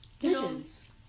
Visions